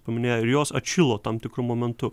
paminėjo ir jos atšilo tam tikru momentu